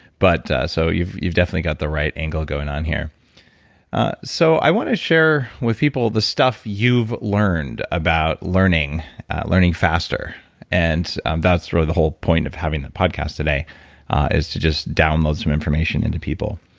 but so you've you've definitely got the right angle going on here so i want to share with people the stuff you've learned about learning learning faster and um that's really the whole point of having the podcast today is to just download some information into people.